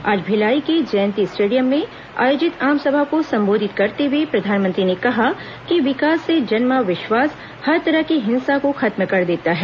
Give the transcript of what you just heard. आज भिलाई के जयंती स्टेडियम में आयोजित आमसभा को संबोधित करते हुए प्रधानमंत्री ने कहा कि विकास से जन्मा विश्वास हर तरह की हिंसा को खत्म कर देता है